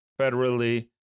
federally